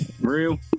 Real